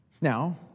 Now